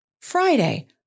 Friday